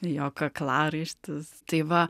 jo kaklaraištis tai va